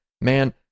Man